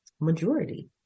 majority